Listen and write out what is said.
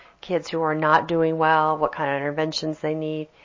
kids who are not doing well, what kind of interventions they need.